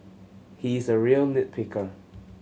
he is a real nit picker